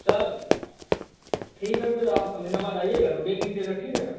sir ठीक है तो आप अमीनाबाद आइएगा तो देख लीजिएगा ठीक है सर